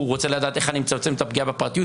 הוא רוצה לדעת איך אני מצמצם את הפגיעה בפרטיות.